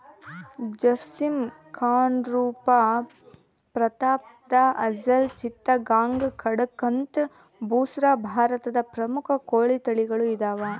ಜರ್ಸಿಮ್ ಕಂರೂಪ ಪ್ರತಾಪ್ಧನ್ ಅಸೆಲ್ ಚಿತ್ತಗಾಂಗ್ ಕಡಕಂಥ್ ಬುಸ್ರಾ ಭಾರತದ ಪ್ರಮುಖ ಕೋಳಿ ತಳಿಗಳು ಇದಾವ